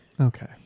okay